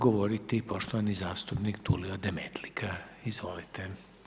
govoriti poštovani zastupnik Tulio Demetlika, izvolite.